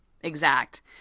exact